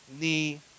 knee